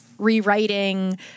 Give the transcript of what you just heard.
rewriting